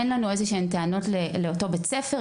אין לנו איזה טענות לאותו בית ספר,